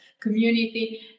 community